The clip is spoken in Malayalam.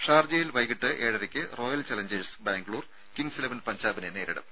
ഷാർജയിൽ വൈകിട്ട് ഏഴരയ്ക്ക് royal challengers Bangalore kings eleven പഞ്ചാബിനെ നേരിടും